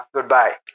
Goodbye